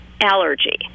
allergy